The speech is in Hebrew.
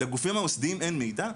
לגופים המוסדיים אין מידע?